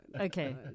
Okay